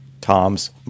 toms